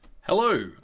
Hello